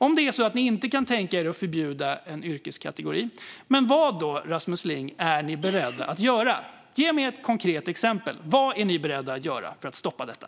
Om det är så att ni inte kan tänka er att förbjuda en yrkeskategori undrar jag, Rasmus Ling, vad ni är beredda att göra. Ge mig ett konkret exempel! Vad är ni beredda att göra för att stoppa detta?